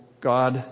God